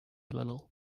little